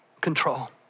control